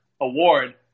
award